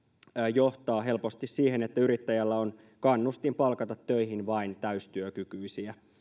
johtaa helposti siihen että yrittäjällä on kannustin palkata töihin vain täystyökykyisiä